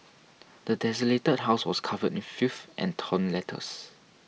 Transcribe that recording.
the desolated house was covered in filth and torn letters